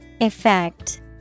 Effect